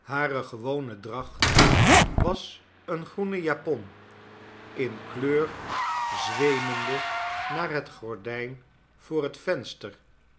hare gewone dracht was een groene japon in kleur zweemende naar het gordijn voor het venster